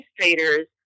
administrators